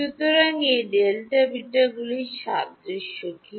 সুতরাং এই Δβ গুলির সাদৃশ্য কী